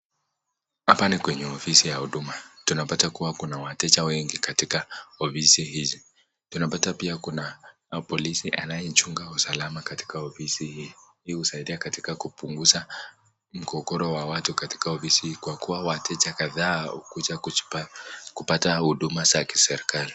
Hapa ni kwenye ofisi ya huduma. Tunapata kuwa kuna wateja wengi katika ofisi hizi. Tunapata pia kuna polisi anayechunga usalama katika ofisi hii. Hii husaidia katika kupunguza mgogoro wa watu katika ofisi hii kwa kuwa wateja kadhaa huja kupata huduma za kiserikali.